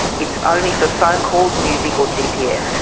it's only for phone calls, music or gps.